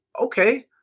okay